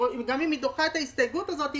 גם אם היא דוחה את ההסתייגות הזאת,